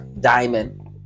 Diamond